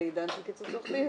בעידן של קיצוץ רוחבי,